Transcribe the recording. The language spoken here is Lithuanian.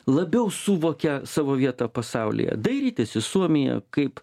labiau suvokia savo vietą pasaulyje dairytis į suomiją kaip